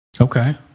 Okay